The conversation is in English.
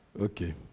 Okay